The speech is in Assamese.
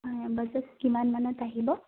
হয় বাজেট কিমান মানত আহিব